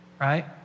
Right